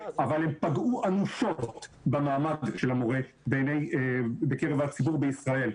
אבל הם פגעו אנושות במעמד של המורה בקרב הציבור בישראל.